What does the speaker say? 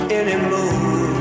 anymore